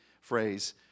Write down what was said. phrase